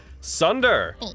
sunder